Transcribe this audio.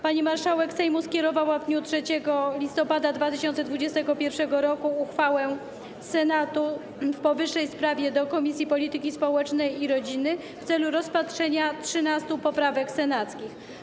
Pani marszałek Sejmu skierowała w dniu 3 listopada 2021 r. uchwałę Senatu w powyższej sprawie do Komisji Polityki Społecznej i Rodziny w celu rozpatrzenia 13 poprawek senackich.